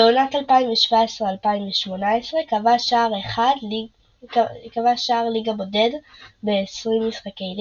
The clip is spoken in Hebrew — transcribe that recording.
בעונת 2017/2018 כבש שער ליגה בודד ב-20 משחקי ליגה,